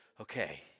okay